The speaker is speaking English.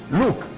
look